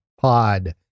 Pod